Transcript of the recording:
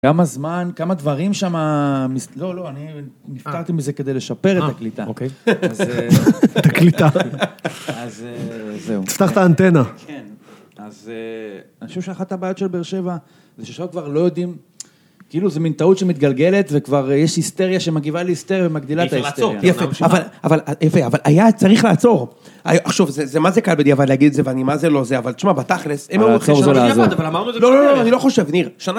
כמה זמן, כמה דברים שמה... לא, לא, אני נפטרתי מזה כדי לשפר את הקליטה. אה אוקיי. את הקליטה. אז זהו. תפתח את האנטנה. כן. אז אני חושב שאחת הבעיות של בר שבע זה ששם כבר לא יודעים... כאילו, זה מין טעות שמתגלגלת וכבר יש היסטריה שמגיבה להיסטריה ומגדילה את ההיסטריה.אי אפשר לעצור. יפה, אבל היה צריך לעצור. עכשיו, זה מה זה קל בדיעבד להגיד את זה ואני מה זה לא זה, אבל תשמע, בתכל'ס... הלעצור זה לעזור. למה בדיעבד, עמרנו את זה לאורך כל הדרך. לא לא לא אני לא חושב, ניר.